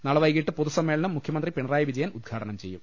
നാളെ വൈകീട്ട് പൊതുമ്മേളനം മുഖ്യമന്ത്രി പിണറായി വിജയൻ ഉദ്ഘാ ടനം ചെയ്യും